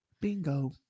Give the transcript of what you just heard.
bingo